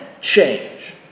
change